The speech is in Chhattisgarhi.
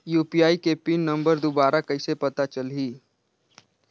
यू.पी.आई के पिन नम्बर दुबारा कइसे पता चलही?